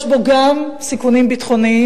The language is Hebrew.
יש בו גם סיכונים ביטחוניים,